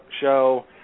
show